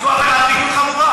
חמורה.